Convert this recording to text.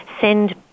send